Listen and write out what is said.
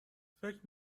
فکر